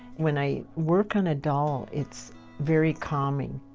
when i work on a doll, it's very calming.